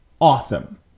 awesome